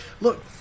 Look